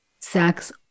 sex